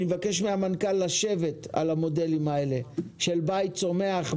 אני מבקש מהמנכ"ל לשבת על המודלים האלה של בית צומח,